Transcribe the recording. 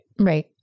Right